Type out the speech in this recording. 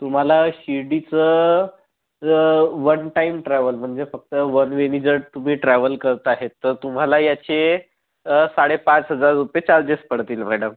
तुम्हाला शिर्डीचं one time travel म्हणजे फक्त वन वेनी जर तुम्ही ट्रॅव्हल करता आहेत तर तुम्हाला ह्याचे साडेपाच हजार रुपये चार्जेस पडतील मॅडम